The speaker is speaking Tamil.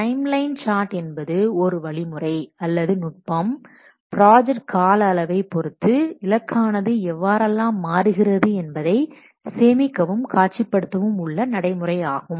டைம் லைன் சார்ட் என்பது ஒரு வழிமுறை அல்லது நுட்பம் ப்ராஜெக்ட் கால அளவை பொருத்து இலக்கானது எவ்வாறெல்லாம் மாறுகிறது என்பதை சேமிக்கவும் காட்சிபடுத்தவும் உள்ள நடைமுறை ஆகும்